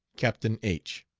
captain h